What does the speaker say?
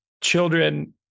children